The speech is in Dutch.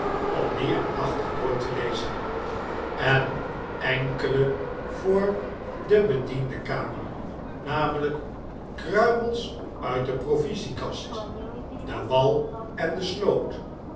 om die aandachtig door te lezen en enkele voor de bediendenkamer namelijk kruimels uit de provisiekast de wal en de sloot